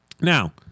Now